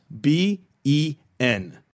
B-E-N